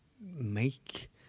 make